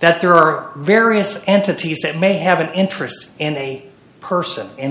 that there are various entities that may have an interest and a person